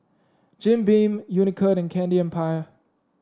Jim Beam Unicurd and Candy Empire